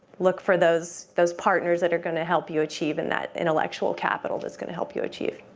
look for those those partners that are going to help you achieve and that intellectual capital that's going to help you achieve.